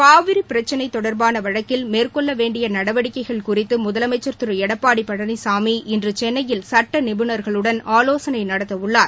காவிரி பிரக்சினை கொடர்பான வழக்கில் மேற்கொள்ளவேண்டிய நடவடிக்கைகள் குறித்து முதலமைச்சர் திரு எடப்பாடி பழனிசாமி இன்று சென்னையில் சட்ட நிபுணர்களுடன் ஆலோசனை நடத்தவள்ளார்